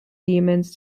demons